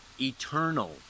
eternal